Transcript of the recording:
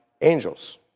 angels